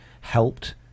helped